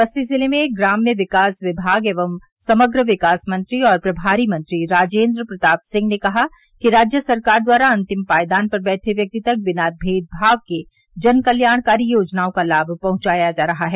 बस्ती जिले में ग्राम्य विकास विभाग एवं समग्र विकास मंत्री और प्रभारी मंत्री राजेन्द्र प्रताप सिंह ने कहा कि राज्य सरकार द्वारा अंतिम पायदान पर बैठे व्यक्ति तक बिना भेदभाव के जनकल्याणकारी योजनाओं का लाभ पहंचाया जा रहा है